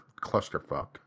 clusterfuck